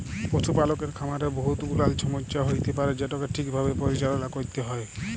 পশুপালকের খামারে বহুত গুলাল ছমচ্যা হ্যইতে পারে যেটকে ঠিকভাবে পরিচাললা ক্যইরতে হ্যয়